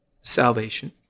salvation